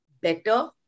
better